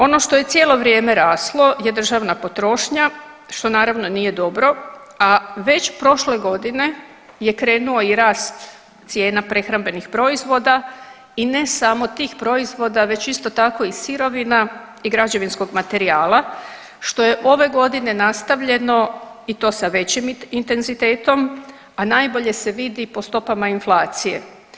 Ono što je cijelo vrijeme raslo je državna potrošnja što naravno nije dobro, a već prošle godine je krenuo i rast cijena prehrambenih proizvoda i ne samo tih proizvoda već isto tako i sirovina i građevinskog materijala što je ove godine nastavljeno i to sa većim intenzitetom, a najbolje se vidi po stopama inflacije.